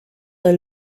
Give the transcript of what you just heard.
del